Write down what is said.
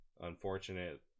unfortunate